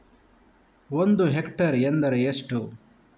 ಒಂದು ಹೆಕ್ಟೇರ್ ಎಂದರೆ ಎಷ್ಟು?